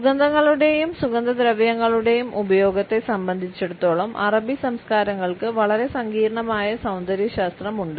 സുഗന്ധങ്ങളുടെയും സുഗന്ധദ്രവ്യങ്ങളുടെയും ഉപയോഗത്തെ സംബന്ധിച്ചിടത്തോളം അറബി സംസ്കാരങ്ങൾക്ക് വളരെ സങ്കീർണ്ണമായ സൌന്ദര്യശാസ്ത്രമുണ്ട്